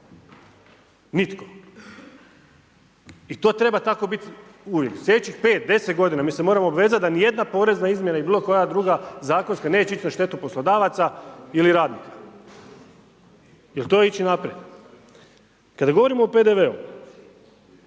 Nitko. I to treba tako biti uvijek. Sljedećih, 5-10 g. mi se moramo obvezati, da ni jedna porezna izmjena i bilo koja druga, zakonska neće ići na štetu poslodavaca ili radnika jer to je ići naprijed. Kada govorimo o PDV-u,